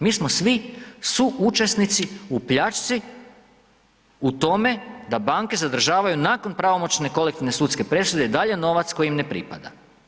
Mi smo svi suučesnici u pljačci, u tom da banke zadržavaju nakon pravomoćne sudske presude i dalje novac koji im ne pripada.